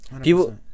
People